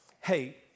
Hey